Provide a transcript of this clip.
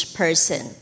person